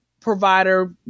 provider